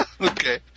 Okay